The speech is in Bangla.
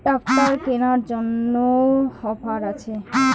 ট্রাক্টর কেনার জন্য অফার আছে?